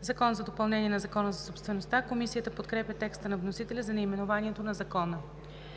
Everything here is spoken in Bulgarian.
„Закон за допълнение на Закона за собствеността“.“ Комисията подкрепя текста на вносителя за наименованието на Закона.